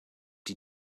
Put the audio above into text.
die